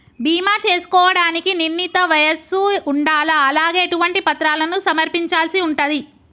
బీమా చేసుకోవడానికి నిర్ణీత వయస్సు ఉండాలా? అలాగే ఎటువంటి పత్రాలను సమర్పించాల్సి ఉంటది?